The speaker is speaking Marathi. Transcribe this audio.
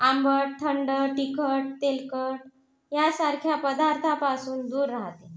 आंबट थंड तिखट तेलकट यासारख्या पदार्थापासून दूर राहते